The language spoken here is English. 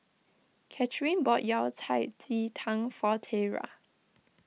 Kathrine bought Yao Cai Ji Tang for Tiera